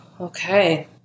Okay